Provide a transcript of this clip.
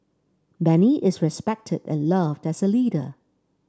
Benny is respected and loved as a leader